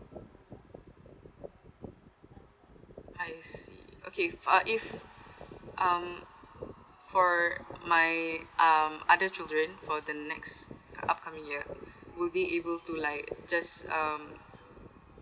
I see okay uh if um for my um other children for the next uh upcoming year will we able to like just um